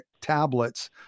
tablets